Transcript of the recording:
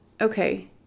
Okay